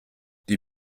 die